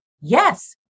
yes